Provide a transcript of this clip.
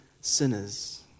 sinners